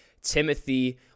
Timothy